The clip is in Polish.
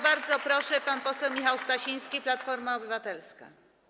Bardzo proszę, pan poseł Michał Stasiński, Platforma Obywatelska.